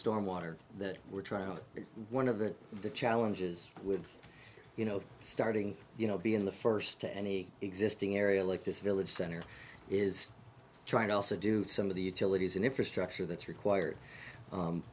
storm water that we're trying one of the the challenges with you know starting you know be in the first to any existing area like this village center is trying to also do some of the utilities and infrastructure that's required